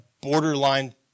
borderline